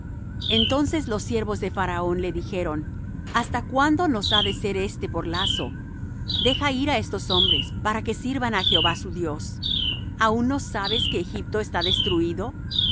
entonces los siervos de faraón le dijeron hasta cuándo nos ha de ser éste por lazo deja ir á estos hombres para que sirvan á jehová su dios aun no sabes que egipto está destruido